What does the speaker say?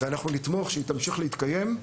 אנחנו נתמוך שהיא תמשיך להתקיים.